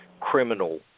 criminal